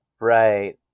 right